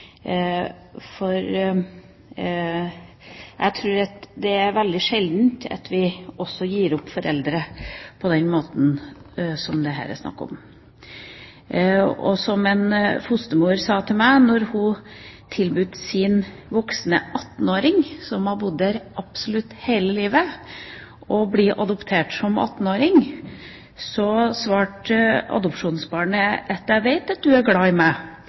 Jeg tror at det er veldig sjelden at vi gir opp foreldre på den måten som det her er snakk om. Som en fostermor sa til meg – da hun tilbød sin voksne 18-åring, som hadde bodd der absolutt hele livet, å bli adoptert, svarte adopsjonsbarnet: Jeg vet at du er glad i meg,